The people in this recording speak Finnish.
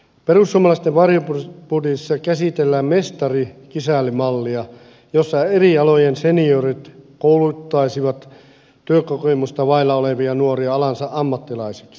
perussuomalaisten varjobudjetissa käsitellään mestarikisälli mallia jossa eri alojen seniorit kouluttaisivat työkokemusta vailla olevia nuoria alansa ammattilaisiksi